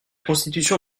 constitution